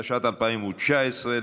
התשע"ט 2019,